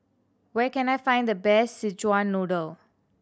where can I find the best Szechuan Noodle